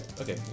Okay